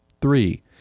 Three